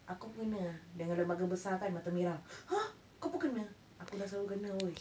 aku pun kena ah dengan lembaga besar kan mata merah !huh! kau pun kena aku dah selalu kena wei